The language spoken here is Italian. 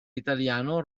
italiano